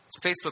Facebook